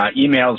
emails